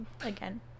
again